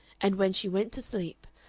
and when she went to sleep,